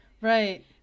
Right